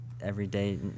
everyday